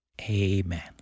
amen